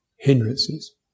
Hindrances